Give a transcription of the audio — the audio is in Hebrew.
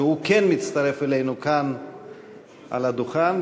שהוא כן מצטרף אלינו כאן על הדוכן.